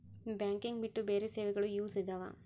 Banking ಬಿಟ್ಟು ಬೇರೆ ಸೇವೆಗಳು ಯೂಸ್ ಇದಾವ?